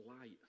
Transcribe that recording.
light